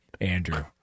Andrew